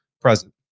present